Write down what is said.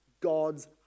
God's